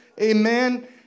Amen